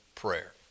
prayer